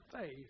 faith